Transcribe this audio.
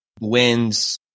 wins